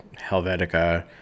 Helvetica